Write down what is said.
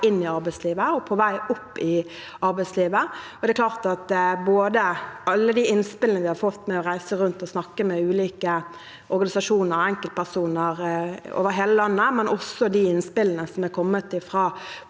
inn i arbeidslivet og på vei opp i arbeidslivet. Alle de innspillene vi har fått ved å reise rundt og snakke med ulike organisasjoner og enkeltpersoner over hele landet, men også de innspillene som er kommet fra